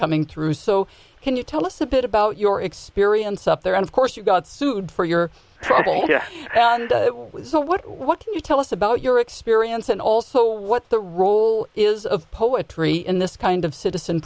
coming through so can you tell us a bit about your experience up there and of course you got sued for your trouble so what do you tell us about your experience and also what the role is of poetry in this kind of citizen